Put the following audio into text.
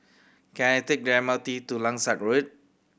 can I take the M R T to Langsat Road